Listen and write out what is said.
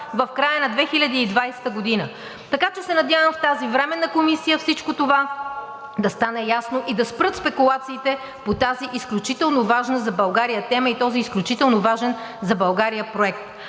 в края на 2020 г. Така че се надявам в тази временна комисия всичко това да стане ясно и да спрат спекулациите по тази изключително важна за България тема и този изключително важен за България проект.